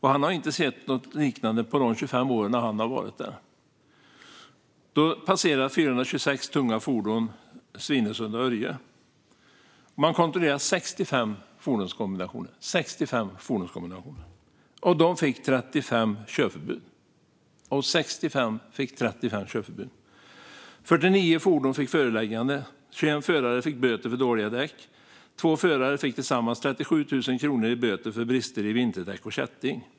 Han har inte sett något liknande under de 25 år han har varit där. 426 tunga fordon passerade Svinesund och Örje. Man kontrollerade 65 fordonskombinationer. Av de 65 fick 35 körförbud. 49 fordon fick förelägganden. 21 förare fick böter för att köra med dåliga däck. 2 förare fick tillsammans 37 000 kronor i böter för brister när det gäller vinterdäck och kätting.